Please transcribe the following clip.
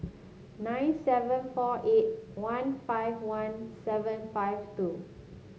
nine seven four eight one five one seven five two